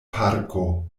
parko